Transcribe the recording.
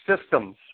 systems